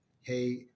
hey